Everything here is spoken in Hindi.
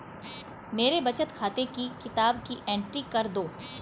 मेरे बचत खाते की किताब की एंट्री कर दो?